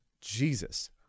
Jesus